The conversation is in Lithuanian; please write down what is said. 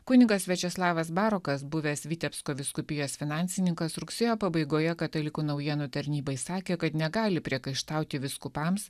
kunigas viačeslavas barokas buvęs vitebsko vyskupijos finansininkas rugsėjo pabaigoje katalikų naujienų tarnybai sakė kad negali priekaištauti vyskupams